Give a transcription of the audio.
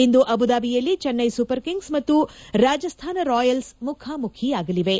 ಇಂದು ಅಬುದಾಬಿಯಲ್ಲಿ Chennai Super Kings ಹಾಗೂ Rajasthan Royals ಮುಖಾಮುಖಿಯಾಗಲಿವೆ